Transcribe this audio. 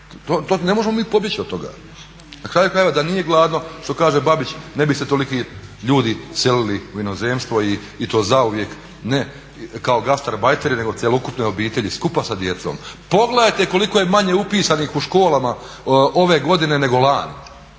ne možemo mi pobjeći od toga. Na kraju krajeva da nije gladno što kaže Babić, ne bi se toliki ljudi selili u inozemstvo i to zauvijek ne kao gasterbiteri nego cjelokupne obitelji skupa sa djecom. Pogledajte koliko je manje upisanih u školama ove godine nego lani,